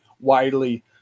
widely